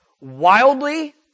wildly